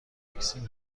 مکسیم